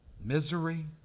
misery